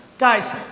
guys,